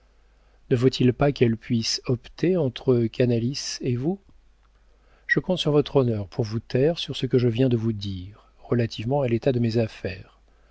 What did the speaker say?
ne faut-il pas qu'elle puisse opter entre canalis et vous je compte sur votre honneur pour vous taire sur ce que je viens de vous dire relativement à l'état de mes affaires